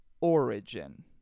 Origin